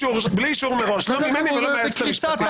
אני חושבת שאין צורך לומר שנציגי היועץ המשפטי